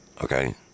Okay